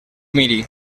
miri